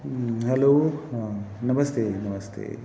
hello हां नमस्ते नमस्ते